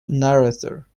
narrator